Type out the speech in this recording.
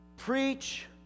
Preach